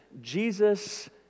Jesus